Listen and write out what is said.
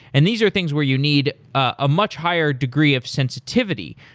and these are things where you need a much higher degree of sensitivity.